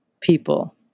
people